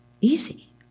easy